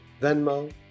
Venmo